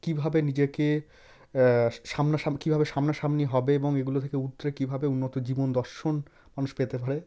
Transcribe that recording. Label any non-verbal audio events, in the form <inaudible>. কীভাবে নিজেকে <unintelligible> কীভাবে সামনাসামনি হবে এবং এগুলো থেকে উতরে কীভাবে উন্নত জীবন দর্শন মানুষ পেতে পারে